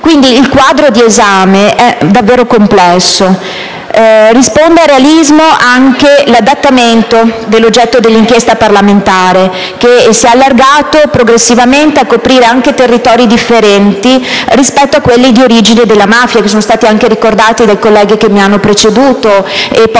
Quindi, il quadro di esame è davvero complesso. Risponde a realismo anche l'adattamento dell'oggetto dell'inchiesta parlamentare, che si è allargato progressivamente fino a coprire anche territori differenti rispetto a quelli di origine di mafia, camorra e 'ndrangheta - come ricordato dai colleghi che mi hanno preceduto, così